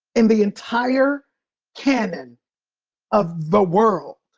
in the entire canon of the world,